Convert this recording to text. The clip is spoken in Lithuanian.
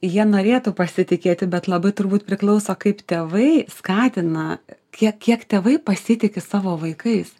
jie norėtų pasitikėti bet labai turbūt priklauso kaip tėvai skatina kiek kiek tėvai pasitiki savo vaikais